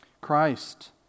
Christ